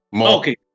Okay